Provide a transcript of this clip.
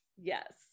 Yes